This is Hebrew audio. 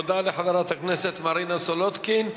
תודה לחברת הכנסת מרינה סולודקין.